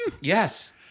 Yes